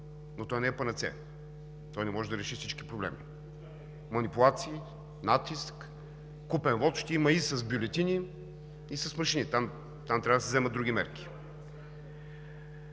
но то не е панацея. То не може да реши всички проблеми. Манипулации, натиск, купен вот ще има и с бюлетини, и с машини. Там трябва да се вземат други мерки.